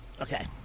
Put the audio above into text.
okay